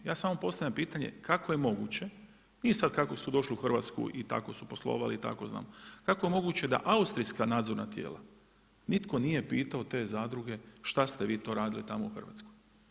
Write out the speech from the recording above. Ja samo postavljam pitanje kako je moguće, nije sad kako su došli u Hrvatsku i tako su poslovali i tako znam, kako moguće da austrijska nadzorna tijela nitko nije pitao te zadruge šta ste vi to radili tamo u Hrvatskoj.